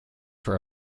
for